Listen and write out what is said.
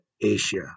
Asia